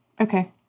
Okay